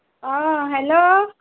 অঁ হেল্ল'